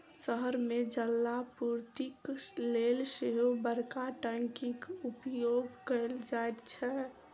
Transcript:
शहर मे जलापूर्तिक लेल सेहो बड़का टंकीक उपयोग कयल जाइत छै